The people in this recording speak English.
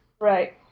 Right